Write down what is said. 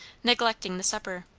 neglecting the supper.